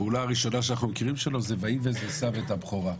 פעולה ראשונה שאנחנו מכירים שלו זה וַיִּבֶז עֵשָׂו אֶת הַבְּכֹרָה.